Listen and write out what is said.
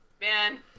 man